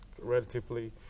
relatively